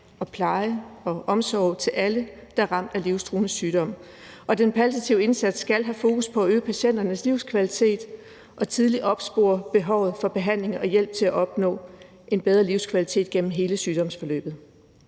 pleje og omsorg til alle, der er ramt af livstruende sygdom. Og den palliative indsats skal have fokus på at øge patienternes livskvalitet og tidligt opspore behovet for behandling og hjælp til at opnå en bedre livskvalitet gennem hele sygdomsforløbet.